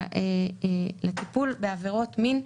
לטיפול בעבירות מין,